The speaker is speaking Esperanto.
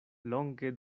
longe